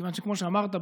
כמו שאמרת,